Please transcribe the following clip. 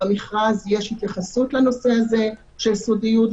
במכרז יש התייחסות לנושא הזה של סודיות,